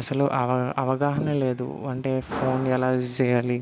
అసలు అవ అవగాహన లేదు అంటే ఫోన్ ఎలా యూజ్ చేయాలి